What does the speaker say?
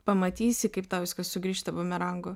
pamatysi kaip tau viskas sugrįžta bumerangu